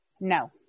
No